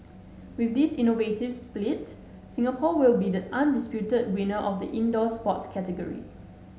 with this innovative split Singapore will be the undisputed winner of the indoor sports category